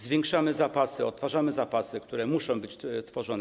Zwiększamy zapasy, odtwarzamy zapasy, które muszą być tworzone.